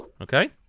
Okay